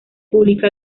publica